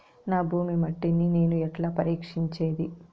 నా భూమి మట్టిని నేను ఎట్లా పరీక్షించేది?